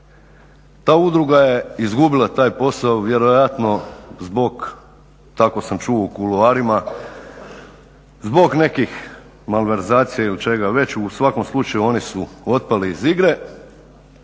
Ta udruga je izgubila taj posao vjerojatno zbog, tako sam čuo u …, zbog nekih malverzacija ili čega već, u svakom slučaju oni su otpali iz igre